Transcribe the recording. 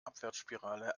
abwärtsspirale